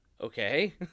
Okay